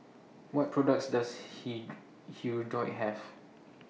What products Does Hirudoid Have